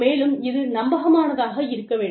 மேலும் இது நம்பகமானதாக இருக்க வேண்டும்